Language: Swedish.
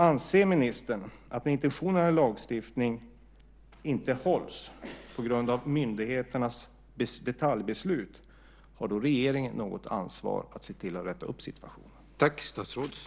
Anser ministern att regeringen har något ansvar för att se till att rätta till situationen om intentionerna i lagstiftning inte hålls på grund av myndigheternas detaljbeslut?